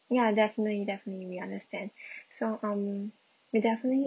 ya definitely definitely we understand so um we'll definitely